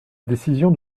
décision